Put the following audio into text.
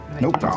Nope